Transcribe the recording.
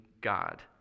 God